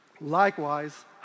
Likewise